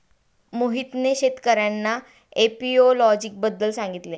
मोहितने शेतकर्यांना एपियोलॉजी बद्दल सांगितले